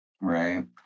Right